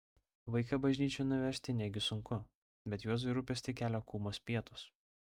vaiką bažnyčion nuvežti negi sunku bet juozui rūpestį kelia kūmos pietūs